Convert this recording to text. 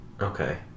Okay